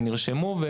שנרשמו,